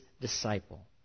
disciple